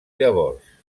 llavors